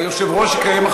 שהם יצאו.